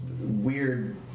weird